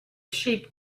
sheep